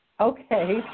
Okay